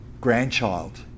grandchild